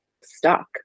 stuck